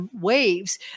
waves